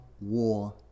war